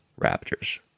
Raptors